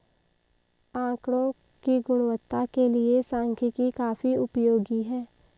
आकड़ों की गुणवत्ता के लिए सांख्यिकी काफी उपयोगी है